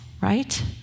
right